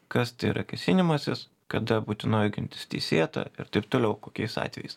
kas tai yra kėsinimasis kada būtinoji gintis teisėta ir taip toliau kokiais atvejais